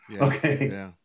Okay